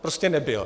Prostě nebyl.